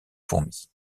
fourmis